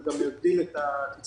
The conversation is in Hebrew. זה גם יגדיל את התצרוכת.